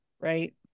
Right